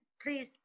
please